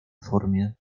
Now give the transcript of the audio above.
formie